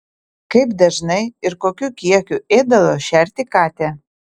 kaip dažnai ir kokiu kiekiu ėdalo šerti katę